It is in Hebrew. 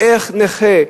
איך נכה,